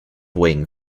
wing